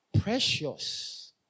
precious